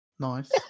Nice